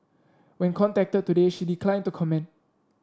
when contacted today she declined to comment